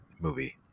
movie